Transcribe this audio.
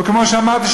כמו שאמרתי,